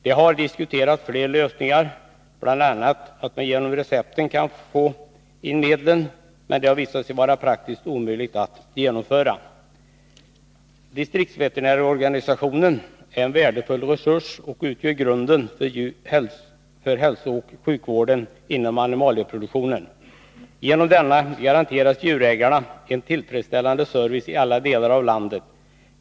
Det har diskuterats fler lösningar, bl.a. att vi genom recepten kan få in medlen, men det har visat sig vara praktiskt omöjligt att genomföra. Distriktsveterinärorganisationen är en värdefull resurs och utgör grunden för hälsooch sjukvården inom animalieproduktionen. Genom denna garanteras djurägarna en tillfredsställande service i alla delar av landet.